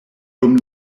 dum